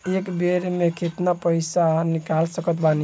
एक बेर मे केतना पैसा निकाल सकत बानी?